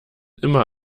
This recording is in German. immer